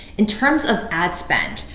in terms of ad spend.